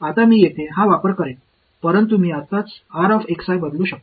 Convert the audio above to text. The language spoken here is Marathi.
आता मी येथे हा वापर करीन परंतु मी आत्ताच बदलू शकतो